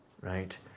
right